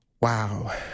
Wow